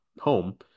home